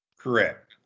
Correct